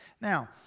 Now